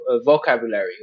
vocabulary